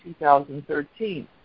2013